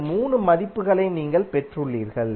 இந்த 3 மதிப்புகளை நீங்கள் பெற்றுள்ளீர்கள்